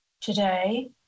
Today